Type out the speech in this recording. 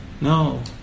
No